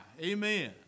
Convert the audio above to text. Amen